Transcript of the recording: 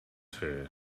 her